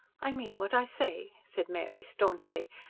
i mean what i say, said mary staunchly,